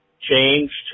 changed